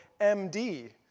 MD